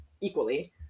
equally